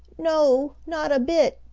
no not a bit.